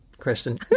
Kristen